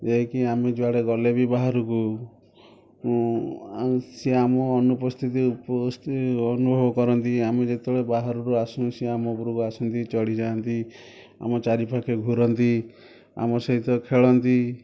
ଯାଇକି ଆମେ ଯୁଆଡ଼େ ଗଲେ ବି ବାହାରକୁ ଆମ ସିଏ ଆମର ଅନୁପସ୍ଥିତି ଉପସ୍ଥିତି ଅନୁଭବ କରନ୍ତି ଆମେ ଯେତେବେଳେ ବାହାରରୁ ଆସୁ ସିଏ ଆମ ଉପରକୁ ଆସନ୍ତି ଚଢ଼ିଯାଆନ୍ତି ଆମ ଚାରିପାଖେ ଘୂରନ୍ତି ଆମ ସହିତ ଖେଳନ୍ତି